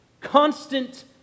Constant